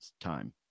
time